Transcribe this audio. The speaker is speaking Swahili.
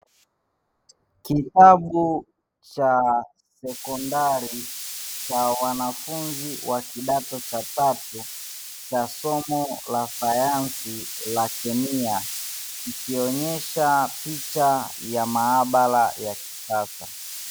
Kitabu cha sekondari cha wanafunzi wa kidato cha tatu cha somo la sayansi la kemia, likionyesha picha ya maabara ya kisasa.